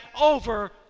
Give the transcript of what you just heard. over